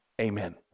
amen